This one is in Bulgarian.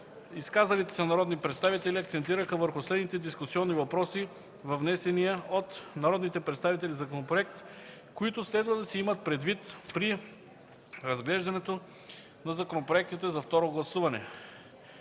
изказалите се народни представители акцентираха върху следните дискусионни въпроси във внесения от народните представители законопроект, които следва да се имат предвид при разглеждането на законопроектите за второ гласуване: